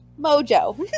Mojo